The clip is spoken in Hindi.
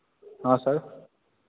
हाँ सर